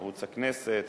ערוץ הכנסת,